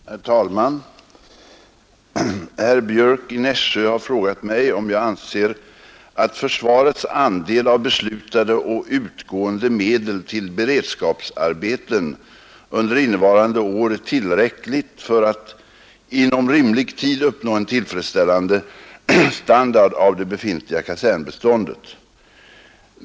Herr talman! Herr Björck i Nässjö har frågat mig om jag anser att försvarets andel av beslutade och utgående medel till beredskapsarbeten under innevarande år är tillräcklig för att inom rimlig tid uppnå en tillfredsställande standard av det befintliga kasernbeståndet.